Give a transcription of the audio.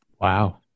Wow